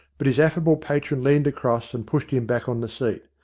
but his affable patron leaned across and pushed him back on the seat.